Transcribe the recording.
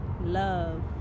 love